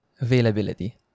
Availability